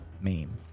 meme